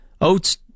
Oats